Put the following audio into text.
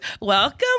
Welcome